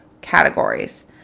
categories